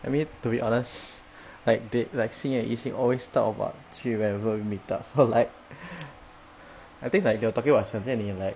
I mean to be honest like they like xing yue and yi xing always talk about 剧 whenever we meet up so like I think like they talking about 想见你 like